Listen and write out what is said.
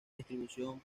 distribución